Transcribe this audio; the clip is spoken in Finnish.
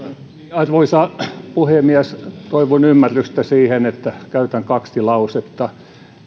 arvoisa puhemies toivon ymmärrystä siihen että käytän kaksi lausetta